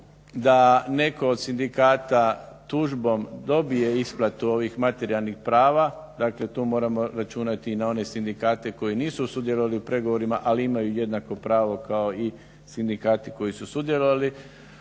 da netko od sindikata tužbom dobije isplatu ovih materijalnih prava, dakle tu moramo računati i na one sindikate koji nisu sudjelovali u pregovorima, ali imaju jednako pravo kao i sindikati koji su sudjelovali